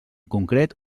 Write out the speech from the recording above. concret